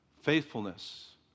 Faithfulness